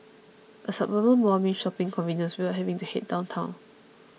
a suburban mall means shopping convenience without having to head downtown